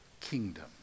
kingdom